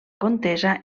contesa